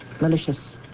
malicious